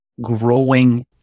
growing